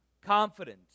Confidence